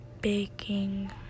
baking